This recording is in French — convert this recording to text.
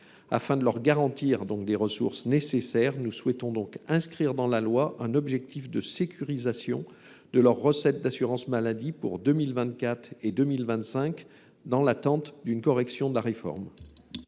Afin de leur garantir des ressources nécessaires, nous souhaitons donc inscrire dans la loi un objectif de sécurisation de leurs recettes d’assurance maladie pour 2024 et 2025, dans l’attente d’une correction de la réforme.